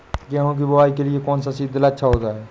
गेहूँ की बुवाई के लिए कौन सा सीद्रिल अच्छा होता है?